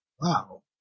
Wow